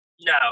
No